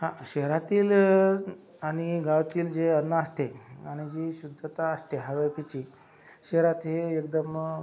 हा शहरातील आणि गावातील जे अन्न असते आणि जी शुद्धता असते हवे ची शहरात हे एकदम